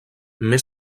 més